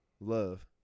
love